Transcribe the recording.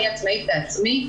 אני עצמאית בעצמי,